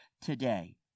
today